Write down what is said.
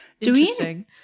interesting